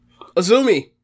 Azumi